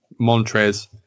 Montrez